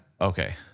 Okay